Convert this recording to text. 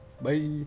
Bye